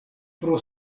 pro